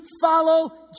follow